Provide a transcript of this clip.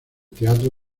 teatro